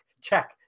check